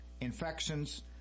infections